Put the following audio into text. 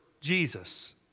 Jesus